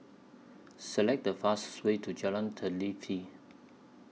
Select The fastest Way to Jalan Teliti